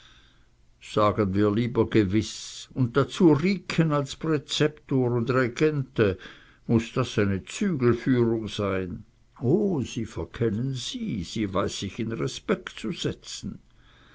sagen wir lieber gewiß und dazu riekchen als präzeptor und regente muß das eine zügelführung sein o sie verkennen sie sie weiß sich in respekt zu setzen